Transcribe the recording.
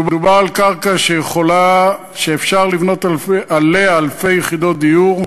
מדובר על קרקע שאפשר לבנות עליה אלפי יחידות דיור,